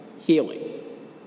healing